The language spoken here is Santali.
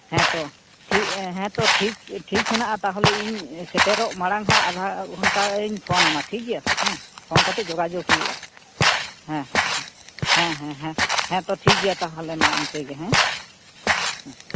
ᱦᱮᱸ ᱛᱚ ᱴᱷᱤᱠ ᱦᱮᱛᱳ ᱴᱷᱤᱠ ᱴᱷᱤᱠ ᱦᱮᱱᱟᱜᱼᱟ ᱛᱟᱦᱚᱞᱮ ᱤᱧ ᱥᱮᱴᱮᱨᱚᱜ ᱢᱟᱲᱟᱝ ᱦᱟᱜ ᱟᱫᱷᱟ ᱜᱷᱚᱱᱴᱟᱧ ᱯᱷᱳᱱ ᱟᱢᱟ ᱴᱷᱤᱠ ᱜᱮᱭᱟ ᱦᱮᱸ ᱯᱷᱳᱱ ᱠᱟᱛᱮ ᱡᱳᱜᱟᱡᱳᱜ ᱦᱩᱭᱩᱜᱼᱟ ᱦᱮᱸ ᱦᱮᱸ ᱦᱮᱸ ᱦᱮᱸ ᱦᱮᱸ ᱛᱚ ᱴᱷᱤᱠ ᱜᱮᱭᱟ ᱛᱟᱦᱚᱞᱮ ᱢᱟ ᱤᱱᱠᱟᱹ ᱜᱮ ᱦᱮᱸ